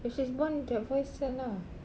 if she's born with that voice !siala!